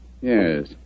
Yes